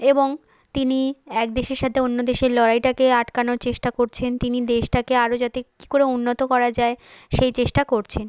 এবং তিনি এক দেশের সাথে অন্য দেশের লড়াইটাকে আটকানোর চেষ্টা করছেন তিনি দেশটাকে আরো যাতে কী করে উন্নত করা যায় সেই চেষ্টা করছেন